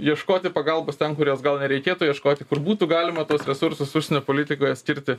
ieškoti pagalbos ten kur jos gal nereikėtų ieškoti kur būtų galima tuos resursus užsienio politikoje skirti